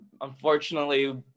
Unfortunately